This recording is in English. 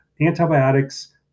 antibiotics